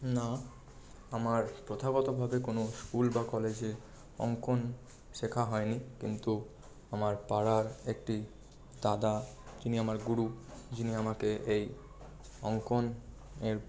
না আমার প্রথাগতভাবে কোনো স্কুল বা কলেজে অঙ্কন শেখা হয়নি কিন্তু আমার পাড়ার একটি দাদা তিনি আমার গুরু যিনি আমাকে এই অঙ্কনের